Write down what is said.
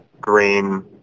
green